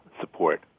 support